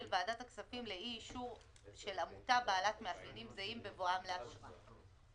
ועדת הכספים לאי אישור של עמותה בעלת מאפיינים זהים בבואם לאשרה.